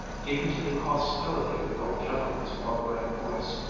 even to the hostility in the old gentleman's well-bred voice.